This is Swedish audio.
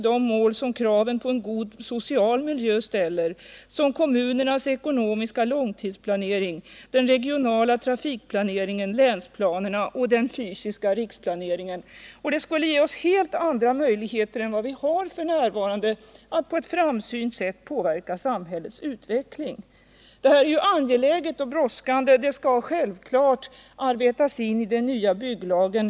de mål som kraven på en god social miljö och energihushållningen ställer, som kommunernas ekonomiska långtidsplanering, den regionala trafikplaneringen, länsplanerna och den fysiska riksplaneringen. Det skulle ge oss helt andra möjligheter än dem vi f. n. har att på ett framsynt sätt påverka samhällets utveckling. Det här är angeläget och brådskande. Det skall självfallet arbetas in i den nya bygglagen.